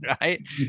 right